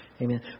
amen